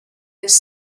this